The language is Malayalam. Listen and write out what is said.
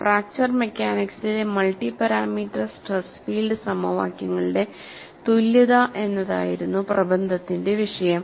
ഫ്രാക്ചർ മെക്കാനിക്സിലെ മൾട്ടി പാരാമീറ്റർ സ്ട്രെസ് ഫീൽഡ് സമവാക്യങ്ങളുടെ തുല്യത എന്നായിരുന്നു പ്രബന്ധത്തിന്റെ വിഷയം